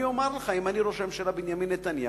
אני אומר לך: אם אני ראש הממשלה בנימין נתניהו,